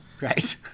Right